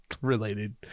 related